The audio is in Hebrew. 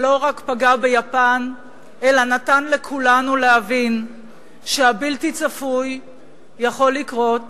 שלא רק פגע ביפן אלא נתן לכולנו להבין שהבלתי-צפוי יכול לקרות